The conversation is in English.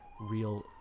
real